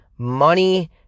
money